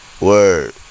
Word